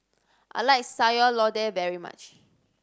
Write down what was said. I like Sayur Lodeh very much